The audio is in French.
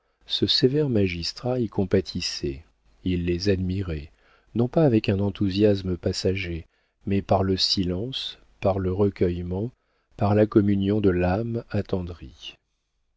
ce sévère magistrat y compatissait il les admirait non pas avec un enthousiasme passager mais par le silence par le recueillement par la communion de l'âme attendrie